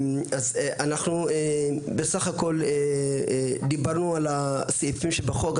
אנחנו בסך הכול דיברנו על הסעיפים שבחוק.